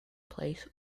place